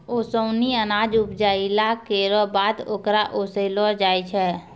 ओसौनी अनाज उपजाइला केरो बाद ओकरा ओसैलो जाय छै